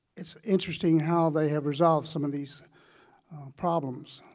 it's interesting how they have resolved some of these problems